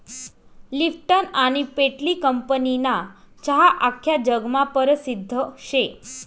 Lipton आनी पेटली कंपनीना चहा आख्खा जगमा परसिद्ध शे